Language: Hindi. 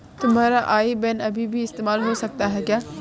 तुम्हारा आई बैन अभी भी इस्तेमाल हो सकता है क्या?